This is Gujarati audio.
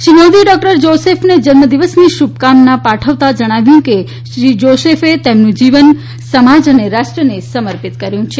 શ્રી મોદીએ ડોકટર જોસેફને જન્મ દિવસની શુભકામના પાઠવતા જણાવ્યું કે ડોકટર જોસેફે તેમનું જીવન સમાજ અને રાષ્ટ્રને સમર્પિત કર્યુ છે